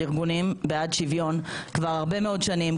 ארגונים בעד שוויון כבר הרבה מאוד שנים.